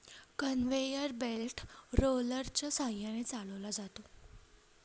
conveyor belt रोलरच्या सहाय्याने चालवला जातो